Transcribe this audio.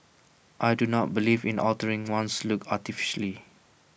I do not believe in altering one's looks artificially